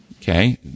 Okay